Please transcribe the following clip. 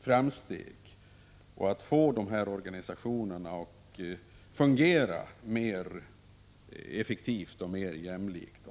framsteg och få organisationerna att fungera mer 141 effektivt och, om man så vill, mer jämlikt.